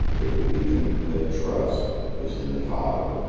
their belief and their trust was in the father,